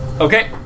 Okay